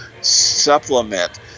supplement